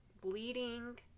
bleeding